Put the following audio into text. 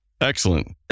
excellent